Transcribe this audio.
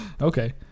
Okay